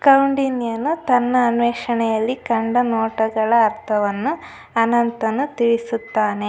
ಕೌಂಡಿನ್ಯನು ತನ್ನ ಅನ್ವೇಷಣೆಯಲ್ಲಿ ಕಂಡ ನೋಟಗಳ ಅರ್ಥವನ್ನು ಅನಂತನು ತಿಳಿಸುತ್ತಾನೆ